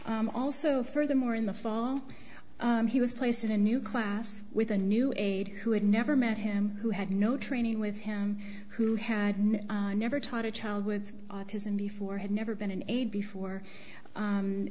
also furthermore in the fall he was placed in a new class with a new aide who had never met him who had no training with him who had never taught a child with autism before had never been an aide before